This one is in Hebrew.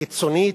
הקיצונית,